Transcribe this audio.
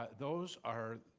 ah those are,